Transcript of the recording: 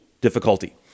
difficulty